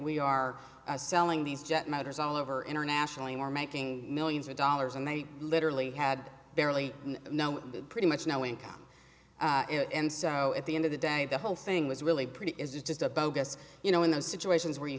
we are selling these jet matters all over internationally or making millions of dollars and they literally had barely know pretty much no income and so at the end of the day the whole thing was really pretty is just about guess you know in those situations where you